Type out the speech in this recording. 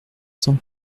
cent